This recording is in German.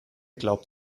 glaubt